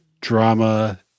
drama